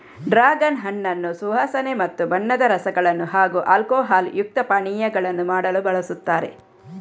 dragon ಹಣ್ಣನ್ನು ಸುವಾಸನೆ ಮತ್ತು ಬಣ್ಣದ ರಸಗಳನ್ನು ಹಾಗೂ ಆಲ್ಕೋಹಾಲ್ ಯುಕ್ತ ಪಾನೀಯಗಳನ್ನು ಮಾಡಲು ಬಳಸುತ್ತಾರೆ